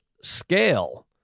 scale